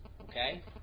Okay